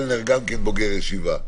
ואני